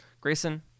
Grayson